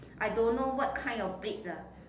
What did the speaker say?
I don't know what kind of breed ah